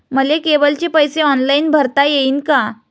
मले केबलचे पैसे ऑनलाईन भरता येईन का?